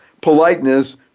politeness